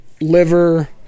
liver